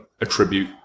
attribute